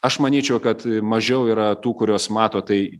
aš manyčiau kad mažiau yra tų kurios mato tai